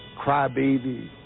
crybaby